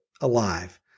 alive